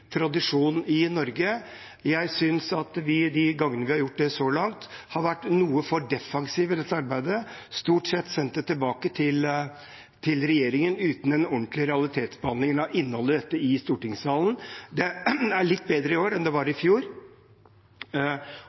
tradisjon i Norge. Jeg synes at vi de gangene vi så langt har gjort det, har vært litt for defensive i dette arbeidet. Vi har stort sett sendt det tilbake til regjeringen, uten en ordentlig realitetsbehandling av innholdet i dette i stortingssalen. Det er litt bedre i år enn det var i fjor.